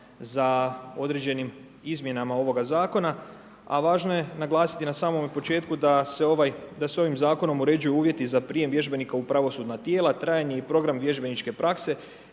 za određenim izmjenama ovoga zakona, a važno je naglasiti na samome početku, da se ovim zakonom uređuju uvjeti, za prijem vježbenika u pravosudnim tijela, trajanje i program vježbeničke prakse,